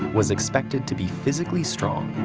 was expected to be physically strong,